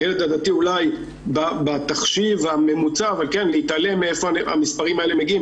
הילד הדתי אולי בתחשיב הממוצע נתעלם מאיפה המספרים האלה מגיעים.